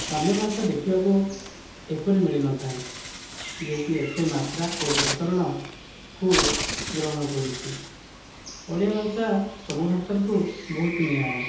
ଅନ୍ୟ ଭାଷା ଦେଖିବାକୁ ଏପରି ମିଳିନଥାଏ ଯେ କି ଏତେ ମାତ୍ରା ଓ ବ୍ୟାକରଣକୁ ଗ୍ରହଣ କରୁଛି ଓଡ଼ିଆ ଭାଷା ସବୁ ଭାଷାଠାରୁ ବହୁତ ନିଆରା